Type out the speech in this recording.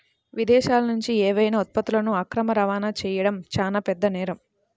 విదేశాలనుంచి ఏవైనా ఉత్పత్తులను అక్రమ రవాణా చెయ్యడం చానా పెద్ద నేరం